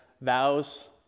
vows